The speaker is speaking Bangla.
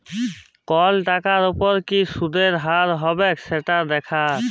কল টাকার উপর কি সুদের হার হবেক সেট দ্যাখাত